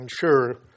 sure